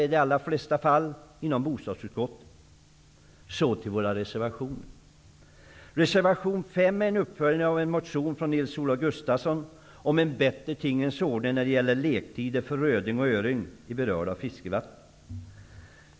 I de allra flesta fall har vi i bostadsutskottet följt våra partikamraters skrivningar. Så till Socialdemokraternas reservationer. Nils-Olof Gustafsson om en bättre tingens ordning när det gäller lektider för röding och öring i berörda fiskevatten.